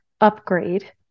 upgrade